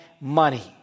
money